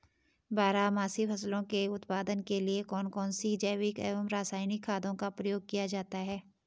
बारहमासी फसलों के उत्पादन के लिए कौन कौन से जैविक एवं रासायनिक खादों का प्रयोग किया जाता है?